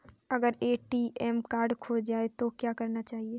अगर ATM card खो जाए तो क्या करना चाहिए?